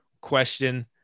question